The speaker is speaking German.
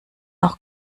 auch